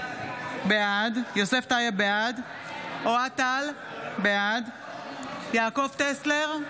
בעד אוהד טל, בעד יעקב טסלר,